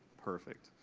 perfect.